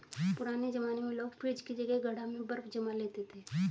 पुराने जमाने में लोग फ्रिज की जगह घड़ा में बर्फ जमा लेते थे